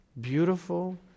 beautiful